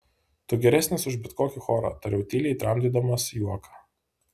tu geresnis už bet kokį chorą tariau tyliai tramdydamas juoką